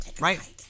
right